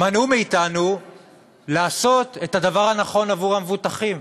מנעו מאתנו לעשות הדבר הנכון עבור המבוטחים.